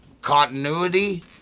Continuity